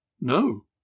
No